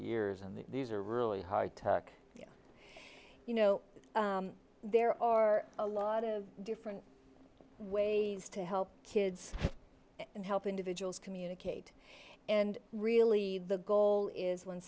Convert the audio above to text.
years and these are really hard to work you know there are a lot of different ways to help kids and help individuals communicate and really the goal is when